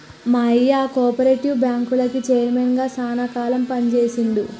మా అయ్య కోపరేటివ్ బ్యాంకుకి చైర్మన్ గా శానా కాలం పని చేశిండు